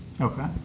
Okay